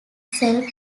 self